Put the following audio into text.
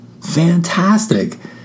fantastic